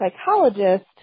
psychologist